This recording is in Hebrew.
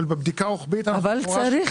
אבל בבדיקה הרוחבית אנחנו --- אבל צריך